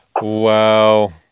wow